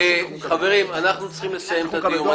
חברים, אנחנו צריכים לסיים את הדיון.